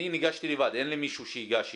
אני ניגשתי לבד, אין לי מישהו שייגש איתי,